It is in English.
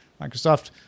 Microsoft